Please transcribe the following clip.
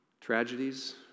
tragedies